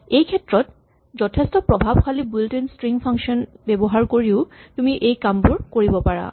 এই ক্ষেত্ৰত যথেষ্ঠ প্ৰভাৱশালী বুইল্ট ইন স্ট্ৰিং ফাংচন ব্যৱহাৰ কৰিও তুমি এই কামবোৰ কৰিব পাৰা